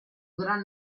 gran